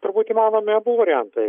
turbūt įmanomi abu variantai